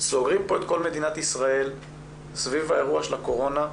סוגרים פה את כל מדינת ישראל סביב האירוע של הקורונה,